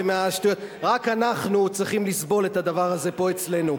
רק אנחנו צריכים לסבול את הדבר הזה פה אצלנו.